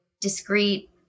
discrete